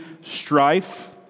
strife